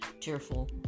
cheerful